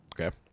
Okay